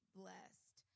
blessed